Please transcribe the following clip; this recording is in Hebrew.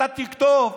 אתה תכתוב "שחור",